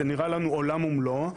זה נראה לנו עולם ומלואו.